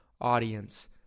audience